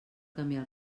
canviar